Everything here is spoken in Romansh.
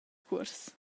cuors